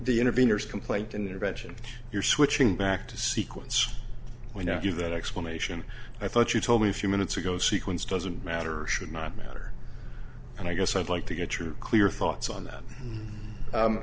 the interveners complaint intervention you're switching back to sequence we now give that explanation i thought you told me a few minutes ago sequence doesn't matter or should not matter and i guess i'd like to get you clear thoughts on that